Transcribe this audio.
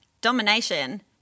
domination